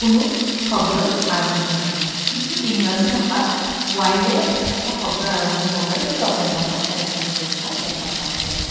কোনো শব্দৰ আৰম্ভণি নহয় কিন্তু ইংৰাজী ভাষাত ৱাইৰে এটা শব্দ আৰম্ভ হ'ব পাৰে কিন্তু অসমীয়া ভাষাত এনেধৰণৰ ব্যৱহাৰ দেখা পোৱা নাযায়